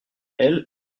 elle